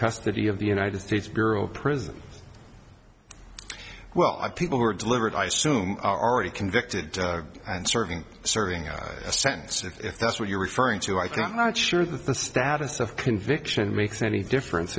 custody of the united states bureau of prisons well i people who are delivered i assume are already convicted and serving serving a sentence if that's what you're referring to i'm not sure that the status of conviction makes any difference